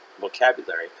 vocabulary